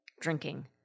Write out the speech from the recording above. drinking